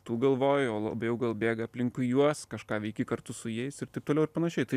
tu galvoji o labiau gal bėga aplinkui juos kažką veiki kartu su jais ir taip toliau ir panašiai tai